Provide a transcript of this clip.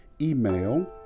Email